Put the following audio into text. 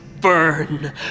burn